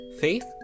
Faith